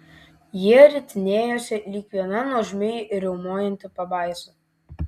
jie ritinėjosi lyg viena nuožmiai riaumojanti pabaisa